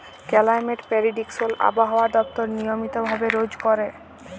climate prediction আবহাওয়া দপ্তর নিয়মিত ভাবে রজ ক্যরে